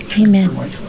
Amen